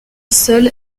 seule